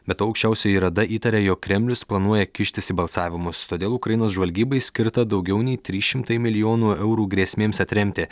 be to aukščiausioji rada įtaria jog kremlius planuoja kištis į balsavimus todėl ukrainos žvalgybai skirta daugiau nei trys šimtai milijonų eurų grėsmėms atremti